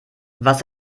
was